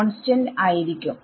constant ആയിരിക്കും